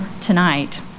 tonight